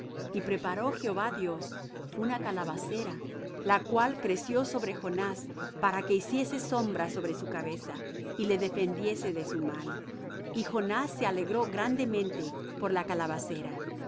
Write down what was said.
y preparó jehová dios una calabacera la cual creció sobre jonás para que hiciese sombra sobre su cabeza y le defendiese de su mal y jonás se alegró grandemente por la calabacera mas